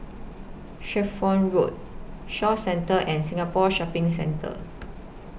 Shelford Road Shaw Centre and Singapore Shopping Centre